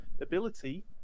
Ability